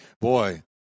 Boy